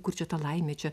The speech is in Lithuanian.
kur čia ta laimė čia